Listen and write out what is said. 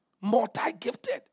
Multi-gifted